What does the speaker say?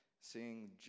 seeing